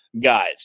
guys